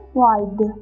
wide